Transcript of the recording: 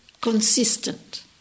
consistent